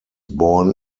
born